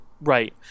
Right